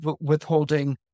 withholding